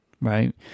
right